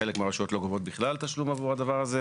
חלק מהרשויות לא גובות בכלל תשלום עבור הדבר הזה.